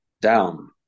down